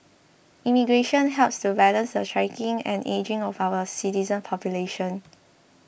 immigration helps to balance the shrinking and ageing of our citizen population